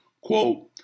Quote